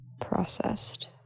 processed